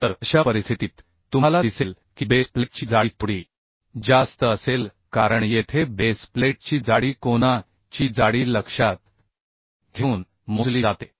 तर अशा परिस्थितीत तुम्हाला दिसेल की बेस प्लेटची जाडी थोडी जास्त असेल कारण येथे बेस प्लेटची जाडी कोना ची जाडी लक्षात घेऊन मोजली जाते